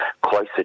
closer